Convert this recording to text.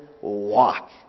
Walk